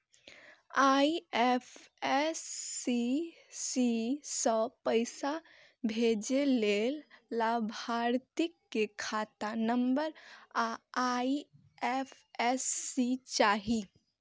IFSC सं पैसा भेजै लेल लाभार्थी के खाता नंबर आ आई.एफ.एस.सी चाही